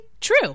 true